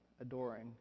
adoring